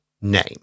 name